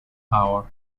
hour